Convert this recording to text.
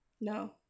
No